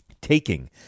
taking